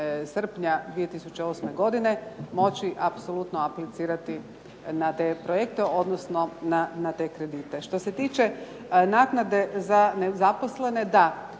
srpnja 2008. godine moći apsolutno aplicirati na te projekte, odnosno na te kredite. Što se tiče naknade za nezaposlene, da,